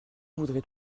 voulais